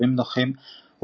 מושבים נוחים,